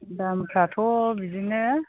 दामफ्राथ' बिदिनो